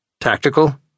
Tactical